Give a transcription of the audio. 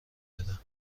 داره